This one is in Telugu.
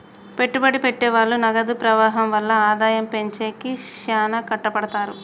పెట్టుబడి పెట్టె వాళ్ళు నగదు ప్రవాహం వల్ల ఆదాయం పెంచేకి శ్యానా కట్టపడతారు